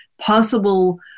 possible